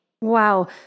Wow